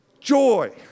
Joy